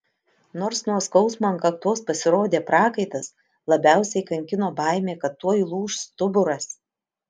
nors nuo skausmo ant kaktos pasirodė prakaitas labiausiai kankino baimė kad tuoj lūš stuburas